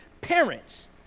parents